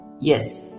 Yes